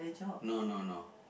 no no no